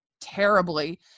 terribly